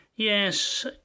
Yes